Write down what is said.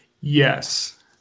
yes